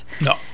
no